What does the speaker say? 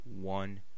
one